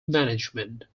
management